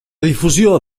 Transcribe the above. difusió